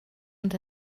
und